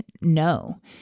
No